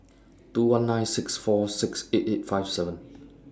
two one nine six four six eight eight five seven